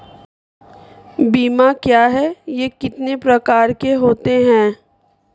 बीमा क्या है यह कितने प्रकार के होते हैं?